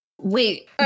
Wait